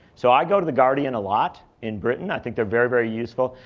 so i go to the guardian a lot in britain. i think they're very, very useful.